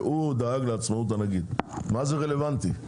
שהוא דאג לעצמאות הנגיד, מה זה רלוונטי?